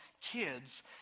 kids